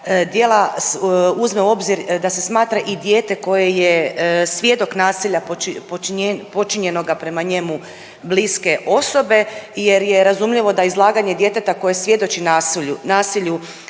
dijela uzme u obzir da se smatra i dijete koje je svjedok nasilja počinjenoga prema njemu bliske osobe jer je razumljivo da je izlaganje djeteta koje svjedoči nasilju